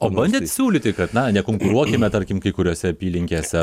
o bandėt siūlyti kad na nekonkuruokime tarkim kai kuriose apylinkėse